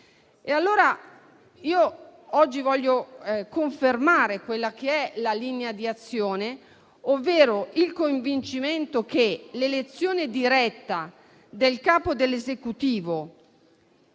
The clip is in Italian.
risultati. Oggi voglio confermare la linea di Azione, ovvero il convincimento che l'elezione diretta del Capo dell'Esecutivo,